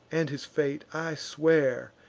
and his fate, i swear,